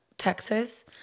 Texas